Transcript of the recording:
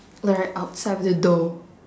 like right outside of the door